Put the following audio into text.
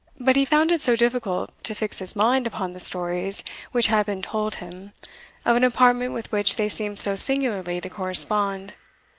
but he found it so difficult to fix his mind upon the stories which had been told him of an apartment with which they seemed so singularly to correspond,